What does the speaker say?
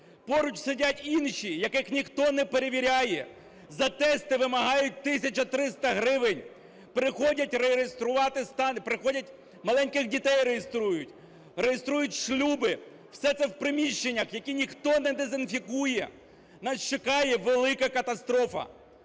поруч сидять інші, яких ніхто не перевіряє, за тести вимагають 1 тисячу 300 гривень. Приходять реєструвати стан... приходять маленьких дітей реєструють, реєструють шлюби, все це в приміщеннях, які ніхто не дезінфікує. Нас чекає велика катастрофа.